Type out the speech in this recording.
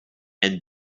and